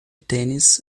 tênis